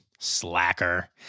Slacker